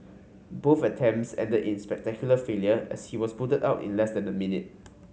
both attempts ended in spectacular failure as he was booted out in less than a minute